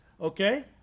Okay